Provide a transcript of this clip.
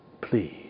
please